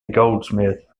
goldsmith